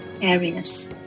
areas